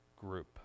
group